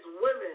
women